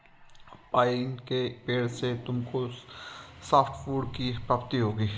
pine के पेड़ से तुमको सॉफ्टवुड की प्राप्ति होगी